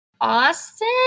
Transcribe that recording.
austin